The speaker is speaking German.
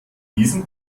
diesem